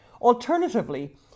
Alternatively